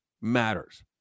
matters